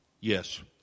Yes